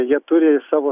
jie turi savo